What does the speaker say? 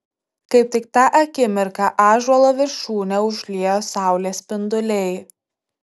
kaip tik tą akimirką ąžuolo viršūnę užliejo saulės spinduliai